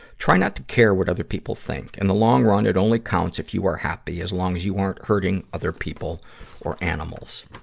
try not to care what other people think. in and the long run, it only counts if you are happy, as long as you aren't hurting other people or animals.